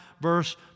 verse